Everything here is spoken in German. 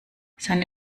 seine